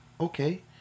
okay